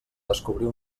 descobrir